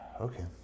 Okay